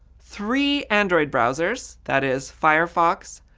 three android browsers that is firefox,